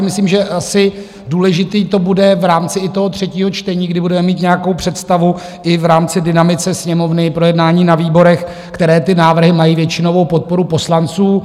Myslím si, že asi důležité to bude v rámci i třetího čtení, kdy budeme mít nějakou představu i v rámci dynamiky Sněmovny, projednání na výborech, které návrhy mají většinovou podporu poslanců.